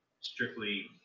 strictly